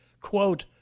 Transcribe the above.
quote